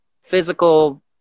physical